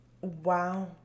Wow